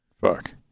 Fuck